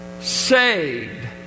saved